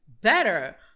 better